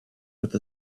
with